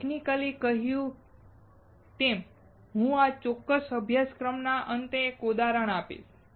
technically કહ્યું તેમ હું આ ચોક્કસ અભ્યાસક્રમના અંતે એક ઉદાહરણ આપીશ